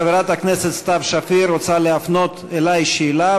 חברת הכנסת סתיו שפיר רוצה להפנות אלי שאלה,